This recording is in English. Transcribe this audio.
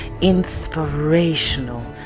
inspirational